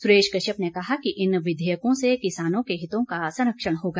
सुरेश कश्यप ने कहा कि इन विधेयको से किसानों के हितों का संरक्षण होगा